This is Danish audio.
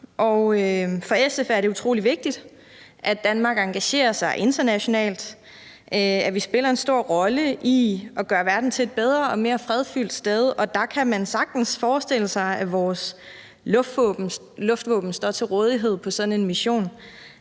For SF er det utrolig vigtigt, at Danmark engagerer sig internationalt, at vi spiller en stor rolle i at gøre verden til et bedre og mere fredfyldt sted, og der kan man sagtens forestille sig, at vores luftvåben står til rådighed på sådan en mission;